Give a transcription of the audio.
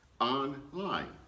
online